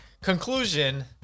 conclusion